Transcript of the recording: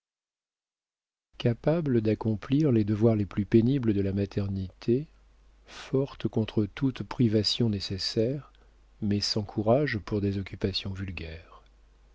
capable d'accomplir les devoirs les plus pénibles de la maternité forte contre toute privation nécessaire mais sans courage pour des occupations vulgaires